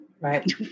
Right